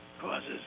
causes